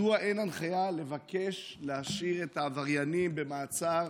2. מדוע אין הנחיה לבקש להשאיר את העבריינים במעצר